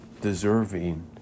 deserving